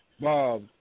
Bob